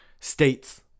states